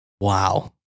Wow